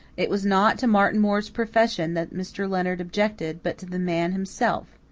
it was not to martin moore's profession that mr. leonard objected, but to the man himself.